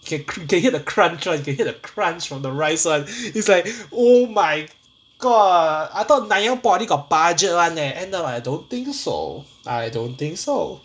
it can can hear the crunch [one] can hear the crunch from the rice [one] its like oh my god I thought nanyang poly got budget [one] leh end up like I don't think so